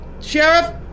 Sheriff